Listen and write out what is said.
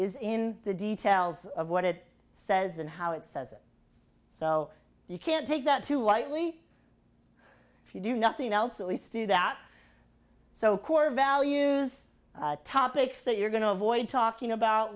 is in the details of what it says and how it says it so you can take that too lightly if you do nothing else at least do that so core values topics that you're going to avoid talking about